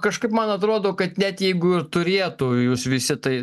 kažkaip man atrodo kad net jeigu ir turėtų jūs visi tai